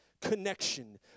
connection